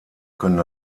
können